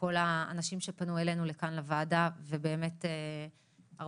לכל האנשים שפנו אלינו לוועדה כאן ובאמת הרבה,